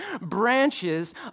branches